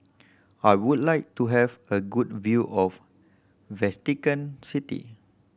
I would like to have a good view of Vatican City